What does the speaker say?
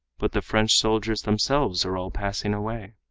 but the french soldiers themselves are all passing away.